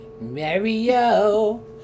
Mario